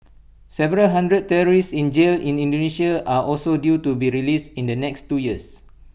several hundred terrorists in jail in Indonesia are also due to be released in the next two years